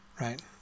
Right